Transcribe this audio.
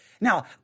Now